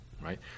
right